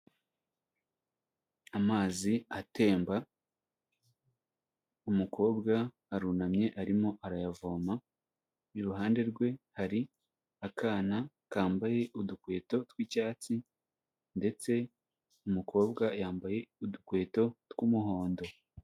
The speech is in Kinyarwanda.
Amazi atemba umukobwa arunamye arimo arayavoma, iruhande rwe hari akana kambaye udukweto tw'icyatsi ndetse umukobwa yambaye udukweto tw'umuhondo.